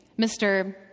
Mr